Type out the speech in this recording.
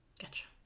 Gotcha